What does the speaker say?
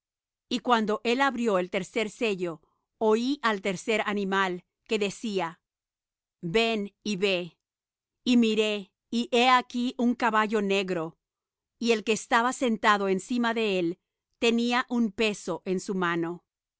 y cuando él abrió el tercer sello oí al tercer animal que decía ven y ve y miré y he aquí un caballo negro y el que estaba sentado encima de él tenía un peso en su mano